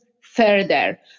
further